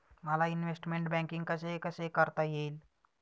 मला investment banking कसे कसे करता येईल?